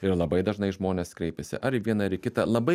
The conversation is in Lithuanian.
ir labai dažnai žmonės kreipiasi ar į vieną ar į kitą labai